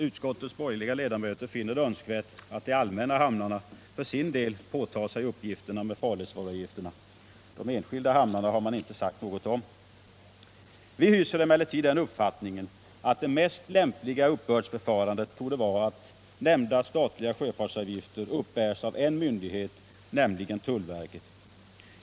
Utskottets borgerliga ledamöter finner det önskvärt att de allmänna hamnarna för sin del påtar sig uppgifterna med farledsvaruavgifterna. De enskilda hamnarna har man inte sagt något om. Vi hyser emellertid den uppfattningen att det mest lämpliga uppbördsförfarandet torde vara att nämnda statliga sjöfartsavgifter uppbärs av en myndighet, nämligen tullverket.